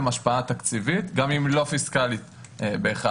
שיש להם השפעה תקציבית גם היא אם לא פיסקלית בהכרח.